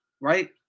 right